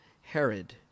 Herod